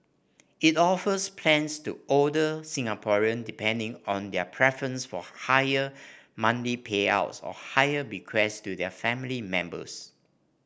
it offers plans to older Singaporean depending on their preference for higher monthly payouts or higher bequest to their family members